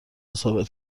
ثابت